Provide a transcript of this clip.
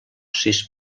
sis